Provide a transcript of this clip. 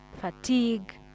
Fatigue